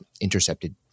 intercepted